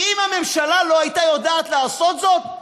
ואם הממשלה לא הייתה יודעת לעשות זאת,